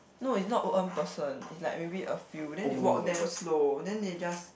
no it's not uh one person it's like maybe a few then they walk damn slow then they just